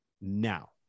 now